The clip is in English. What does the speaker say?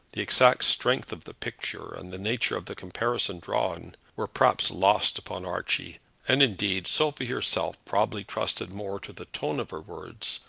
the exact strength of the picture, and the nature of the comparison drawn, were perhaps lost upon archie and indeed, sophie herself probably trusted more to the tone of her words,